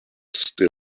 still